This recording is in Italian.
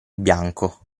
bianco